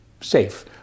safe